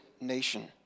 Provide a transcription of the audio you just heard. nation